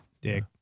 Dick